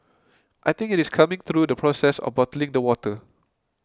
I think it is coming through the process of bottling the water